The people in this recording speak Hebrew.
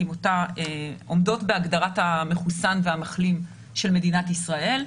עומדות בהגדרת המחוסן והמחלים של מדינת ישראל,